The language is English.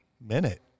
minute